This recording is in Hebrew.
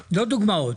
דוגמאות.